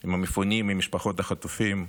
עם המפונים, עם משפחות החטופים,